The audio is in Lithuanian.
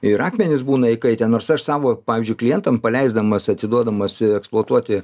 ir akmenys būna įkaitę nors aš savo pavyžiui klientam paleisdamas atiduodamas eksploatuoti